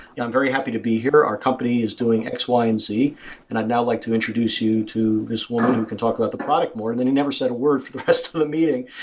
yeah i'm very happy to be here. our company is doing x, y and z and i'd now like to introduce you to this woman who can talk about the product more, and then he never said a word for the rest of the meeting.